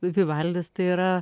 vivaldis tai yra